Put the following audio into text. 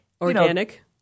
Organic